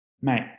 Mate